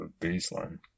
baseline